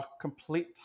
complete